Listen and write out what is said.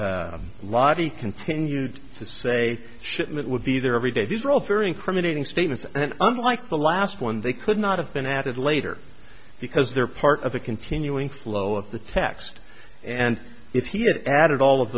lobby continued to say shipment would be there every day these are all very incriminating statements and unlike the last one they could not have been added later because they're part of a continuing flow of the text and if he had added all of